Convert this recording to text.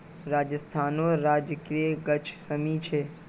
राजस्थानेर राजकीय गाछ शमी छे